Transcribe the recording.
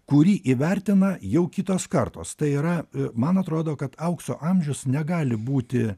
kurį įvertina jau kitos kartos tai yra man atrodo kad aukso amžius negali būti